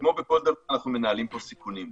כמו בכל דבר אנחנו מנהלים פה סיכונים,